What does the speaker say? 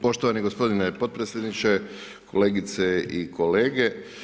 Poštovani gospodine potpredsjedniče, kolegice i kolege.